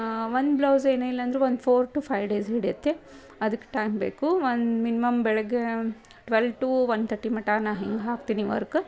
ಒಂದು ಬ್ಲೌಸ್ ಏನಿಲ್ಲ ಅಂದ್ರೂ ಒಂದು ಫೋರ್ ಟು ಫೈಯ್ ಡೇಸ್ ಹಿಡಿಯುತ್ತೆ ಅದಕ್ಕೆ ಟೈಮ್ ಬೇಕು ಒಂದು ಮಿನ್ಮಮ್ ಬೆಳಿಗ್ಗೆ ಟ್ವೆಲ್ ಟು ಒನ್ ತಟ್ಟಿ ಮಟ್ಟ ನಾನು ಹಿಂಗೆ ಹಾಕ್ತೀನಿ ವರ್ಕ್